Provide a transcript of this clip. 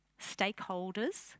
Stakeholders